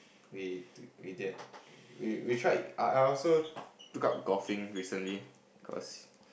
we to we that we we tried I I also took up golfing recently cause